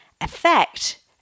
effect